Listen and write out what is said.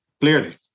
clearly